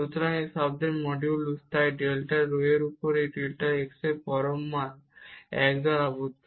সুতরাং এই টার্মের মডুলাস তাই ডেল্টা রো এর উপর এই ডেল্টা x এর পরম মান 1 দ্বারা আবদ্ধ